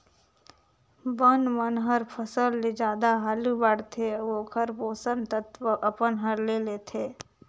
बन मन हर फसल ले जादा हालू बाड़थे अउ ओखर पोषण तत्व अपन हर ले लेथे